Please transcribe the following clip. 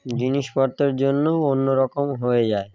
জিনিসপত্রের জন্যও অন্য রকম হয়ে যায়